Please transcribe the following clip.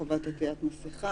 חובת עטיית מסכה,